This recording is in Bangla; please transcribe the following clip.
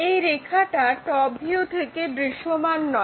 এই রেখাটা টপ ভিউ থেকে দৃশ্যমান নয়